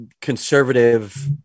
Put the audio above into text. conservative